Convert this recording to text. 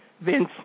Vince